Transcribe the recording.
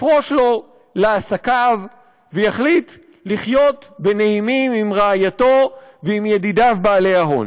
יפרוש לו לעסקיו ויחליט לחיות בנעימים עם רעייתו ועם ידידיו בעלי ההון,